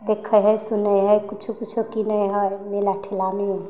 देखै हइ सुनै हइ किछु किछु किनै हइ मेला ठेलामे